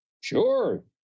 Sure